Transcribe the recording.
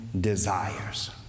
desires